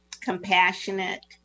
compassionate